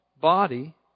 body